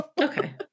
Okay